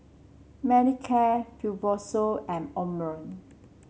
Manicare Fibrosol and Omron